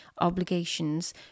obligations